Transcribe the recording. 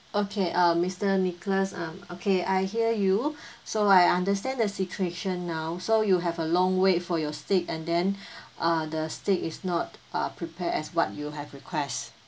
okay err mister nicholas um okay I hear you so I understand the situation now so you have a long wait for your steak and then uh the steak is not uh prepared as what you have request